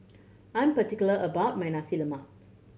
I'm particular about my Nasi Lemak